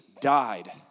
died